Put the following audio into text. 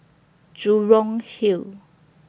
Jurong Hill